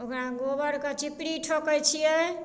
ओकर गोबरके चिपरी ठोकै छियै